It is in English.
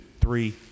three